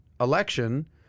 election